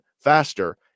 faster